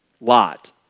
Lot